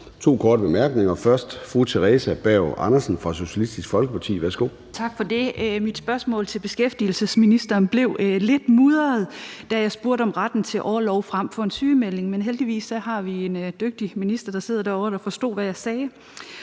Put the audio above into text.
to korte bemærkninger. Først er det fru Theresa Berg Andersen fra Socialistisk Folkeparti. Værsgo. Kl. 14:06 Theresa Berg Andersen (SF): Tak for det. Mit spørgsmål til beskæftigelsesministeren blev lidt mudret, da jeg spurgte om retten til orlov frem for en sygemelding, men heldigvis har vi en dygtig minister, der sidder derovre, som forstod, hvad jeg sagde.